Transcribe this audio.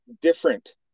different